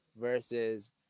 versus